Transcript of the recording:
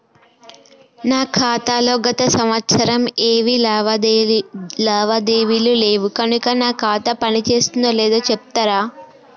నా ఖాతా లో గత సంవత్సరం ఏమి లావాదేవీలు లేవు కనుక నా ఖాతా పని చేస్తుందో లేదో చెప్తరా?